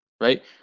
right